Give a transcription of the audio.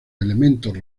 elementos